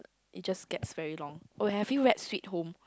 it's just get very long oh have you read sweet home